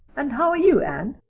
and how are you, anne?